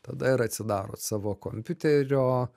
tada ir atsidarot savo kompiuterio